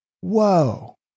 whoa